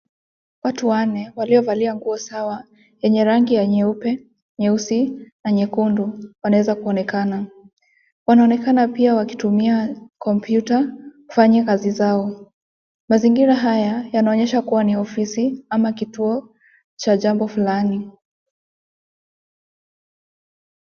Watu wanne waliovalia nguo Sawa zenye rangi ya nyeupe, nyeusi na nyekundu wanaweza kunaonekana. Wanaonekana pia wakitumia kompyuta kufanya kazi zao. Mazingira haya yanaonyesha kuwa ni ofisi ama kituo cha jambo fulani.